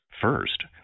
First